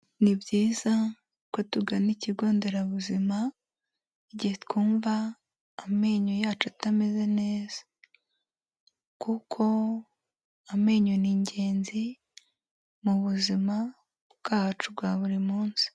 Ni byiza ko tugana ikigo nderabuzima igihe twumva amenyo yacu atameze neza, kuko amenyo ni ingenzi mu buzima bwacu bwa buri munsi.